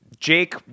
Jake